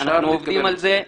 אנחנו עובדים על זה.